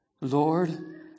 Lord